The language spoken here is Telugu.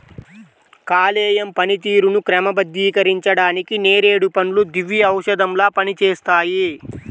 కాలేయం పనితీరుని క్రమబద్ధీకరించడానికి నేరేడు పండ్లు దివ్యౌషధంలా పనిచేస్తాయి